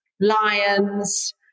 lions